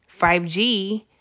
5G